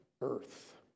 earth